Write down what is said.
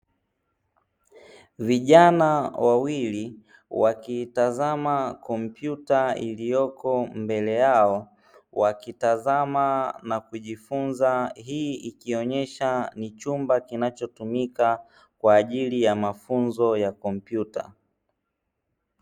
Vijana wawili wakitazama kompyuta iliyoko mbele yao, wakitazama na kujifunza. Hii ikionyesha ni chumba kinachotumika kwa ajili ya mafunzo ya kompyuta.